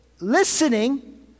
listening